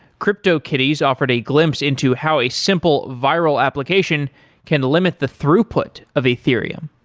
cryptokitties offered a glimpse into how a simple viral application can limit the throughput of ethereum,